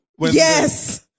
Yes